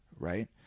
Right